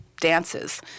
dances